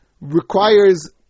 requires